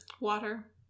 Water